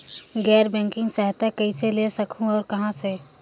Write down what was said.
गैर बैंकिंग सहायता कइसे ले सकहुं और कहाँ से?